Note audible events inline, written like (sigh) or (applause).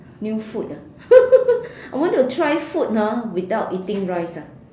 new food ah (laughs) I want to try food ah without eating rice ah